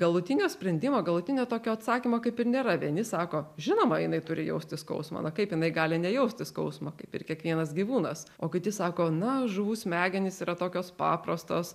galutinio sprendimo galutinio tokio atsakymo kaip ir nėra vieni sako žinoma jinai turi jausti skausmą na kaip jinai gali nejausti skausmo kaip ir kiekvienas gyvūnas o kiti sako na žuvų smegenys yra tokios paprastos